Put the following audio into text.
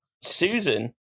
Susan